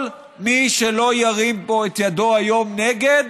כל מי שלא ירים פה את ידו היום נגד,